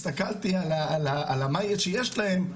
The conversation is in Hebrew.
הסתכלתי על מה שיש להם,